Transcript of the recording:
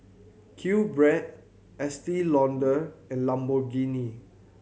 QBread Estee Lauder and Lamborghini